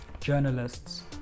journalists